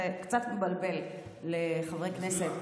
זה קצת מבלבל לחברי הכנסת.